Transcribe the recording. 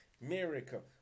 Miracle